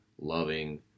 loving